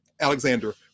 Alexander